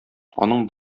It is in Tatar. аның